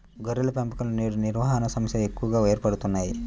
గొర్రెల పెంపకంలో నేడు నిర్వహణ సమస్యలు ఎక్కువగా ఏర్పడుతున్నాయి